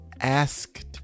asked